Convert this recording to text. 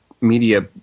media